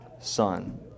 Son